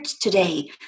today